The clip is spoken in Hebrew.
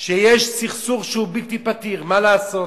למסקנה שיש סכסוך שהוא בלתי פתיר, מה לעשות,